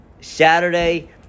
Saturday